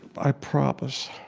i promise.